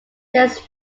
just